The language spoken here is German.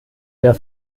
der